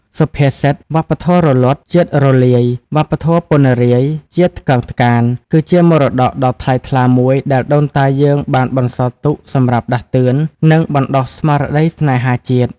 សុភាសិត «វប្បធម៌រលត់ ជាតិរលាយ វប្បធម៌ពណ្ណរាយ ជាតិថ្កើងថ្កាន» គឺជាមរតកដ៏ថ្លៃថ្លាមួយដែលដូនតាយើងបានបន្សល់ទុកសម្រាប់ដាស់តឿន និងបណ្ដុះស្មារតីស្នេហាជាតិ។